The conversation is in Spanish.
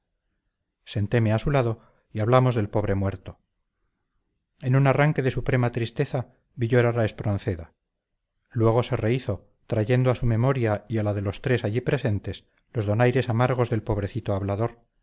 senteme a su lado y hablamos del pobre muerto en un arranque de suprema tristeza vi llorar a espronceda luego se rehízo trayendo a su memoria y a la de los tres allí presentes los donaires amargos del pobrecito hablador